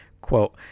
quote